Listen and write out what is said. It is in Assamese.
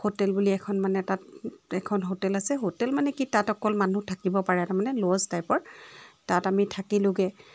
হোটেল বুলি এখন মানে তাত এখন হোটেল আছে হোটেল মানে কি তাত অকল মানুহ থাকিব পাৰে তাৰমানে ল'জ টাইপৰ তাত আমি থাকিলোঁগৈ